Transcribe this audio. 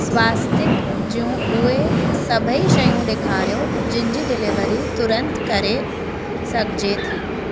स्वस्तिक जूं उहे सभई शयूं ॾेखारियो जिनि जी डिलिवरी तुरंत करे सघिजे थी